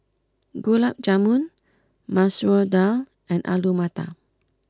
Gulab Jamun Masoor Dal and Alu Matar